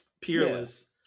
peerless